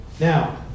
Now